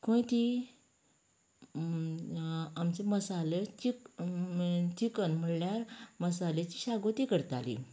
खंय ती आमचो मसालो ची चिकन म्हणल्यार मसाल्याची शागोती करताली